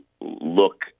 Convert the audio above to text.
look